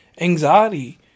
anxiety